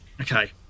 Okay